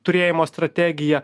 turėjimo strategija